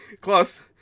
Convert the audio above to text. close